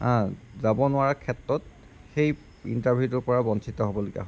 হা যাব নোৱাৰাৰ ক্ষেত্ৰত সেই ইণ্টাৰভিউটোৰ পৰা বঞ্চিত হ'বলগীয়া হয়